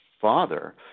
father